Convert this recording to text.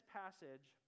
passage